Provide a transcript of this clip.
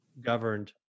governed